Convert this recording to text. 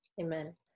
Amen